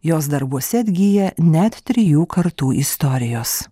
jos darbuose atgyja net trijų kartų istorijos